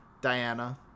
diana